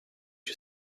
you